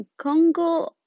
congo